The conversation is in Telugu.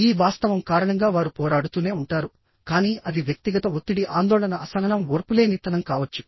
ఈ వాస్తవం కారణంగా వారు పోరాడుతూనే ఉంటారు కానీ అది వ్యక్తిగత ఒత్తిడి ఆందోళన అసహనం ఓర్పు లేని తనం కావచ్చు